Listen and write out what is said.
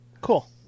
Cool